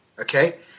okay